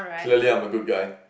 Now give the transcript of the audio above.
clearly I'm a good guy